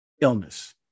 illness